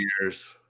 years